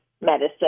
medicine